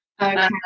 Okay